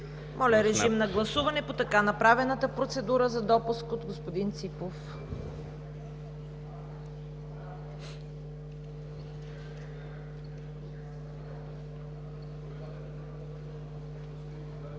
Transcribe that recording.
Моля, режим на гласуване по така направената процедура за допуск от господин Ципов.